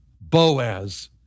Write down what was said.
Boaz